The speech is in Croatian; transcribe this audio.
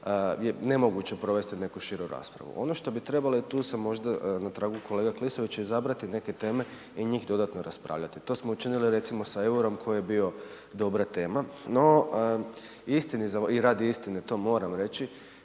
je nemoguće provesti neku širu raspravu. Ono što bi trebali, a tu su možda na tragu kolega Klisović, izabrati neke teme i njih dodatno raspravljati, to smo učinili recimo sa EUR-om koji je bio dobra tema, no istini za i radi istine to moram reći,